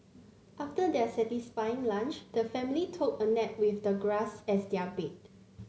after their satisfying lunch the family took a nap with the grass as their bed